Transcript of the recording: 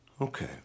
okay